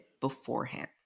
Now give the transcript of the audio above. beforehand